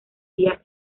día